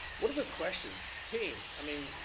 what other questions. team, i mean,